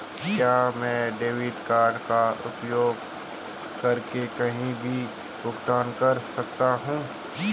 क्या मैं debit card का उपयोग करके कहीं भी भुगतान कर सकता हूं?